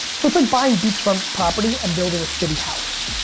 so it's like buying beachfront property and building a shitty house.